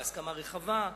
בהסכמה רחבה,